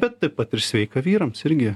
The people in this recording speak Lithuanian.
bet taip pat ir sveika vyrams irgi